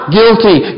guilty